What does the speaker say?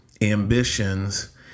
ambitions